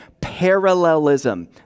Parallelism